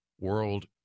World